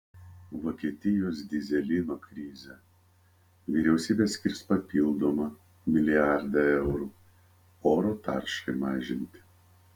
vokietijos dyzelino krizė vyriausybė skirs papildomą milijardą eurų oro taršai mažinti